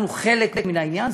אנחנו חלק מן העניין.